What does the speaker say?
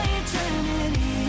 eternity